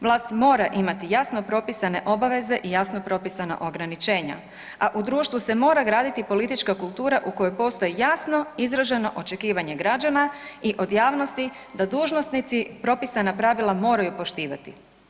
Vlast mora imati jasno propisane obaveze i jasno propisana ograničenja, a u društvu se mora graditi politička kultura u kojoj postoji jasno izraženo očekivanje građana i od javnosti da dužnosnici propisana pravila moraju poštivati.